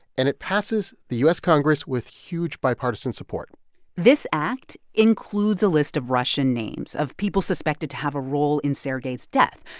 and it passes the u s. congress with huge bipartisan support this act includes a list of russian names of people suspected to have a role in sergei's death.